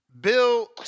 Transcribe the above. Bill